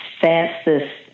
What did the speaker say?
fastest